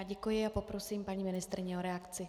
Děkuji a poprosím paní ministryni o reakci.